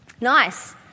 Nice